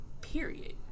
period